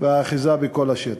והאחיזה בכל השטח.